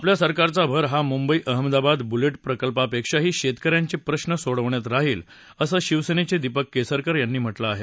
आपल्या सरकारचा भर हा मुंबई अहमदाबाद बुलेट प्रकल्पापेक्षाही शेतक यांचे प्रश्र सोडवण्यात राहील असं शिवसेनेचे दीपक केसरकर यांनी म्हटलं आहे